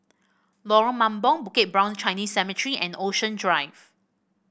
Lorong Mambong Bukit Brown Chinese Cemetery and Ocean Drive